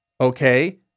Okay